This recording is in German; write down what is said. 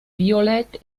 violett